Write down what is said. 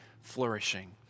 flourishing